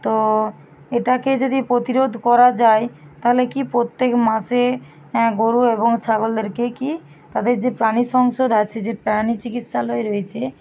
তো এটাকে যদি প্রতিরোধ করা যায় তাহলে কী প্রত্যেক মাসে গরু এবং ছাগলদেরকে কী তাদের যে প্রাণী সংসদ আছে যে প্রাণী চিকিৎসালয় রয়েছে